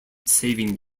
saving